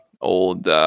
old